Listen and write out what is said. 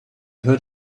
heard